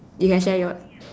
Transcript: you can share yours